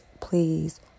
please